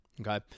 okay